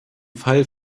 fall